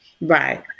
Right